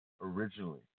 originally